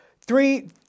Three